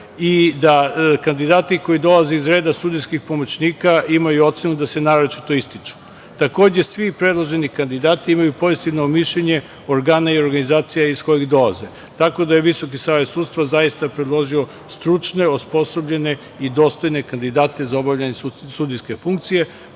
i da kandidati koji dolaze iz reda sudijskih pomoćnika imaju ocenu da se naročito ističu. Takođe, svi predloženi kandidati imaju pozitivno mišljenje organa i organizacija iz kojih dolaze. Visoki savet sudstva je zaista predložio stručne, osposobljene i dostojne kandidate za obavljanje sudijske funkcije,